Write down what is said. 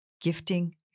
gifting